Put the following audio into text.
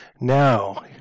now